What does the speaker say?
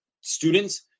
students